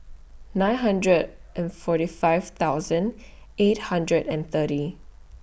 nine hundred and forty five thousand eight hundred and thirty